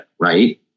right